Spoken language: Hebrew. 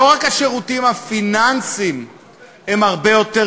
לא רק השירותים הפיננסיים הם הרבה יותר